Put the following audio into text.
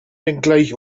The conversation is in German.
wenngleich